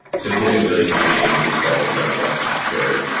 so giving really fine game controls around what's captured,